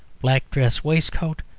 black dress-waistcoat,